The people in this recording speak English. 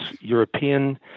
European